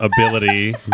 ability